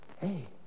Hey